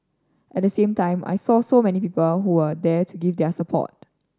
at the same time I saw so many people who were there to give their support